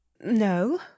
no